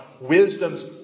wisdom's